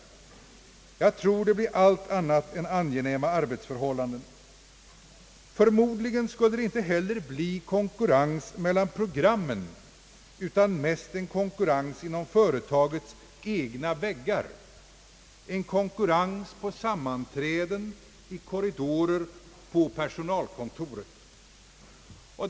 Jag tror att det blir allt annat än angenäma arbetsförhållanden. Förmodligen bleve det inte heller en konkurrens mellan programmen, utan mest en konkurrens inom företagets egna väggar; en konkurrens på sammanträden, i korridorer och på personalkontoret.